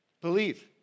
Believe